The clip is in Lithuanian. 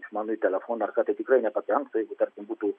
išmanųjį telefoną ar ką tai tikrai nepakenks jeigu tarkim būtų